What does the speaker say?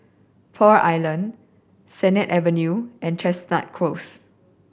Pearl Island Sennett Avenue and Chestnut Close